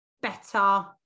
better